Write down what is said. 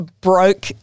broke